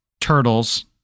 Turtles